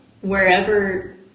wherever